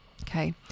okay